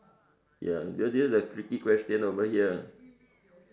ya because this is a tricky question over here